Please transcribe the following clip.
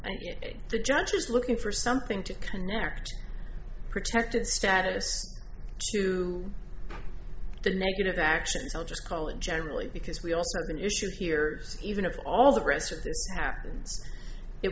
and the judge is looking for something to connect protected status to the negative actions i'll just call it generally because we also have an issue here even if all the rest of this happen